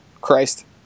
Christ